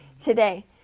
today